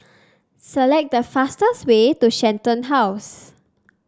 select the fastest way to Shenton House